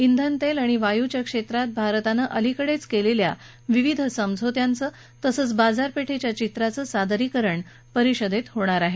श्वेन तेल आणि वायू च्या क्षेत्रात भारताने अलीकडेच केलेल्या विविध समझोत्यांचं तसंच बाजारपेठेच्या चित्राचं सादरीकरण परिषदेत होणार आहे